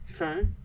Okay